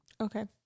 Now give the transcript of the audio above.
okay